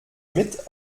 mit